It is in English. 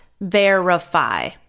verify